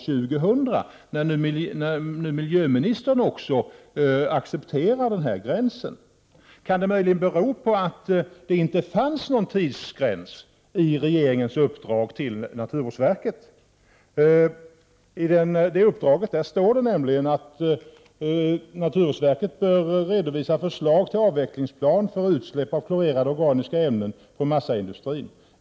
1988/89:44 miljöministern också accepterar den gränsen? Kan det möjligen bero på att 13 december 1988 det inte fanns någon tidsgräns i regeringens uppdrag till naturvårdsverket? I det uppdraget står det nämligen att naturvårdsverket bör redovisa förslag till avvecklingsplan för utsläpp av klorerade organiska ämnen för massaindustrin.